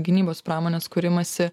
gynybos pramonės kūrimąsi